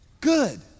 good